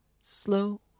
slow